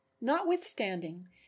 Notwithstanding